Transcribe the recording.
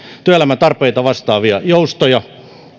työelämän tarpeita vastaavia joustoja